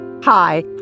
Hi